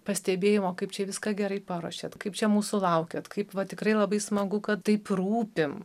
pastebėjimo kaip čia viską gerai paruošėt kaip čia mūsų laukiat kaip va tikrai labai smagu kad taip rūpi